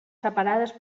separades